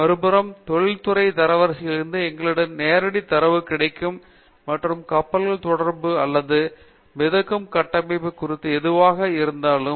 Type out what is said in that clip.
மறுபுறம் தொழில்துறை தரவரிசைகளிலிருந்து எங்களிடம் நேரடி தரவு கிடைக்கும் மற்றும் கப்பல்கள் தொடர்பாக அல்லது மிதக்கும் கட்டமைப்பு குறித்து எதுவாக இருந்தாலும்